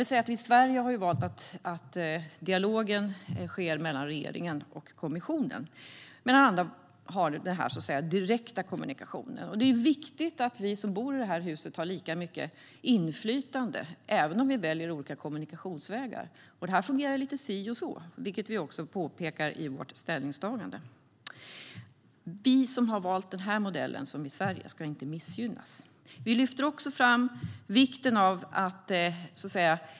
Vi i Sverige har valt att dialogen ska ske mellan regeringen och kommissionen, medan andra har den direkta kommunikationen. Det är viktigt att vi som bor i det här huset har lika mycket inflytande, även om vi väljer olika kommunikationsvägar. Det här fungerar lite si och så, vilket vi också påpekar i vårt ställningstagande. Vi som har valt den modell som Sverige valt ska inte missgynnas.